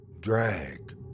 Drag